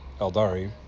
Eldari